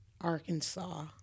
Arkansas